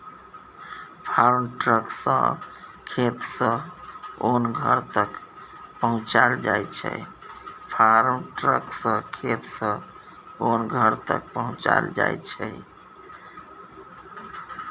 farm truck सँ खेत सँ ओन घर तक पहुँचाएल जाइ छै